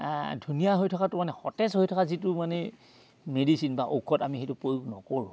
ধুনীয়া হৈ থকাতো মানে সতেজ হৈ থকা যিটো মানে মেডিচিন বা ঔষধ আমি সেইটো প্ৰয়োগ নকৰোঁ